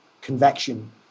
convection